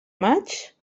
maig